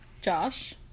Josh